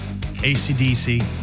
ACDC